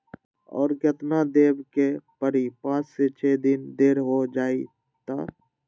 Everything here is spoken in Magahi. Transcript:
और केतना देब के परी पाँच से छे दिन देर हो जाई त?